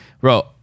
Bro